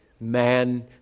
man